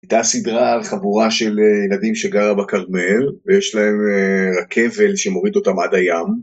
הייתה סדרה על חבורה של ילדים שגרה בכרמל ויש להם רכבל שמוריד אותם עד הים